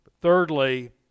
Thirdly